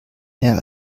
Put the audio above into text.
mehr